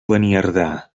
beniardà